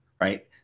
Right